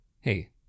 hey